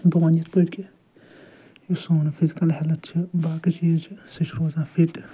بہٕ ون یِتھ پٲٹھۍ کہِ یُس سون فِزکٕل ہٮ۪لٕتھ چھُ باقٕے چیٖز چھِ سُہ چھُ روزان فِٹ